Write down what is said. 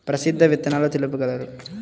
ప్రసిద్ధ విత్తనాలు తెలుపగలరు?